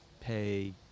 pay